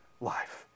life